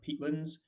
peatlands